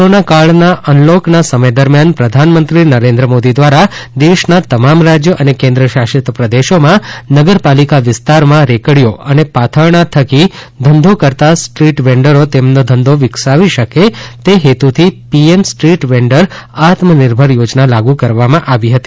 corona કા ળના અનલોકના સમય દરમ્યાન પ્રધાનમંત્રી નરેન્દ્ર મોદી દ્વારા દેશના તમામ રાજ્યો અને કેન્દ્ર શાસિત પ્રદેશોમાં નગરપાલિકા વિસ્તારમાં રેકડીઓ અને પાથરણા થકી ધંધો કરતા સ્ટ્રીટ વેન્ડરો તેનો ધંધો વિકસાવી શકે તે હેતુથી પીએમ સ્ટ્રીટ વેન્ડર આત્મનિર્ભર યોજના લાગુ કરવામાં આવી હતી